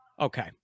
Okay